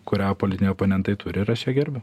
kurią politiniai oponentai turi ir aš ją gerbiu